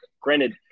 granted